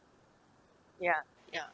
ya ya